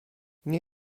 nie